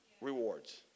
Rewards